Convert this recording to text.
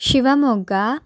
Shivamogga